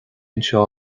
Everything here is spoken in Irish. anseo